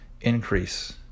increase